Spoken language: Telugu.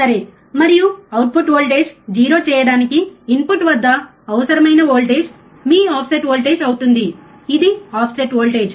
సరే మరియు అవుట్పుట్ వోల్టేజ్ 0 చేయడానికి ఇన్పుట్ వద్ద అవసరమైన ఓల్టేజ్ మీ ఆఫ్సెట్ ఓల్టేజ్ అవుతుంది ఇది ఆఫ్సెట్ ఓల్టేజ్